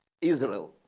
israel